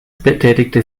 betätigte